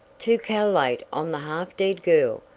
to cal'late on the half-dead girl,